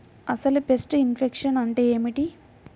అసలు pest infection అంటే ఏమిటి?